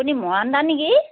আপুনি মৰাণদা নেকি